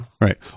Right